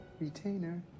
Retainer